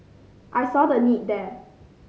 I saw the need there